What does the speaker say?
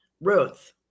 Ruth